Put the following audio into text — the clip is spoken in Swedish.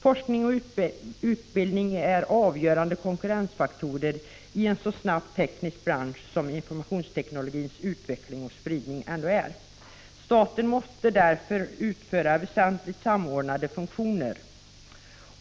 Forskning och utbildning är avgörande konkurrensfaktorer i en bransch med så snabb teknisk utveckling och spridning som informationsteknologin. Staten måste därför utföra väsentliga samordnande funktioner.